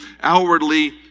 outwardly